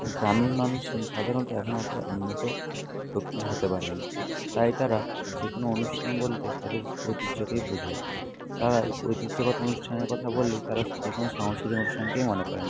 গ্রামের মানুষজন সাধারণত এখনও অতটা উন্নত প্রকৃতির হতে পারেনি তাই তারা যে কোনো অনুষ্ঠান বলতে তাদের ঐতিহ্যকেই বোঝায় তারা ঐতিহ্যগত অনুষ্ঠানের কথা বললেই তারা যে কোনো সাংস্কৃতিক অনুষ্ঠানকেই মনে করেন